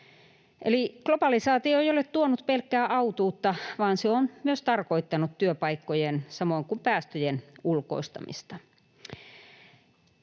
globalisaatio ei ole tuonut pelkkää autuutta, vaan se on myös tarkoittanut työpaikkojen samoin kuin päästöjen ulkoistamista.